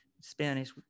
Spanish